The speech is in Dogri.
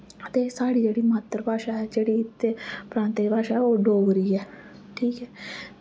ते साढ़ी जेह्ड़ी मात्तर भाशा ऐ जेह्ड़ी ते प्रांते दी भाशा ओह् डोगरी ऐ ठीक ऐ